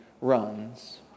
runs